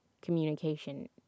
communication